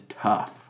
tough